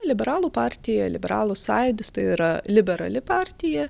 liberalų partija liberalų sąjūdis tai yra liberali partija